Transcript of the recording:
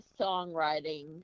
songwriting